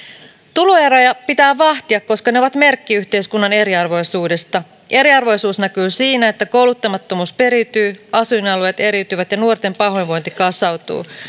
tuloeroja pitää vahtia koska ne ovat merkki yhteiskunnan eriarvoisuudesta eriarvoisuus näkyy siinä että kouluttamattomuus periytyy asuinalueet eriytyvät ja nuorten pahoinvointi kasautuu